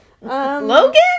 Logan